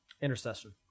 intercession